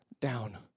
down